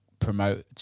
promote